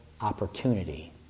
opportunity